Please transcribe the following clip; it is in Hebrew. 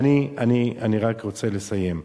אני רק רוצה לסיים.